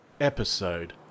Episode